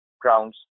grounds